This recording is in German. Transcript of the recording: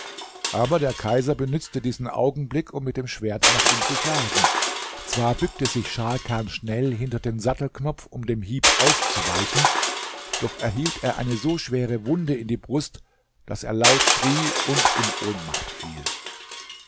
aber der kaiser benützte diesen augenblick um mit dem schwert nach ihm zu schlagen zwar bückte sich scharkan schnell hinter den sattelknopf um dem hieb auszuweichen doch erhielt er eine so schwere wunde in die brust daß er laut schrie und in ohnmacht fiel